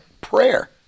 prayer